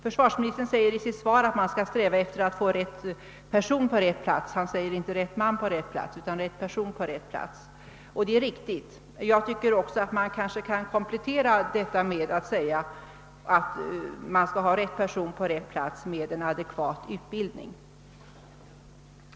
Försvarsministern säger i sitt svar att man skall sträva efter att få rätt person på rätt plats — han säger inte rätt man på rätt plats. Den inställningen anser jag är riktig. Man skulle kunna komplettera med att också säga att det skall vara rätt person med adekvat utbildning på rätt plats.